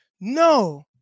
No